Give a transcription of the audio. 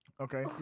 Okay